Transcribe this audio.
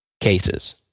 cases